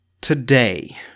Today